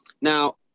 Now